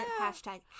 hashtag